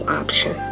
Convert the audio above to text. option